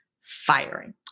firing